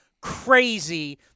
crazy